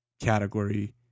category